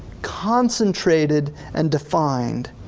concentrated and defined.